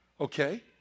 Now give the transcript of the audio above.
Okay